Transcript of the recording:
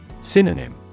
Synonym